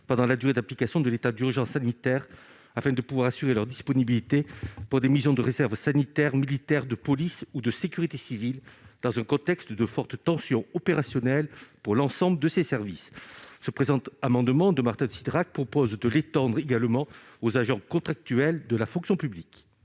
pendant la durée d'application de l'état d'urgence sanitaire, afin de pouvoir assurer leur disponibilité pour des missions de réserve sanitaire, militaire, de police ou de sécurité civile, dans un contexte de forte tension opérationnelle pour l'ensemble de ces services ». Le présent amendement a pour objet d'étendre ce dispositif aux agents contractuels de la fonction publique.